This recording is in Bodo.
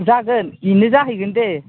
जागोन बिनो जाहैगोन दे